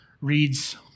reads